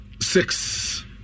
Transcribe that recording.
six